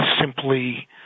simply